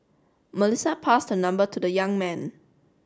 Melissa passed her number to the young man